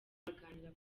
baganira